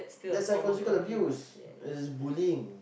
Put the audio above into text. that psychological abuse is bullying